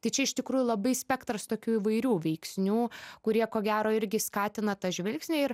tai čia iš tikrųjų labai spektras tokių įvairių veiksnių kurie ko gero irgi skatina tą žvilgsnį ir